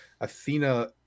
Athena